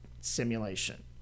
simulation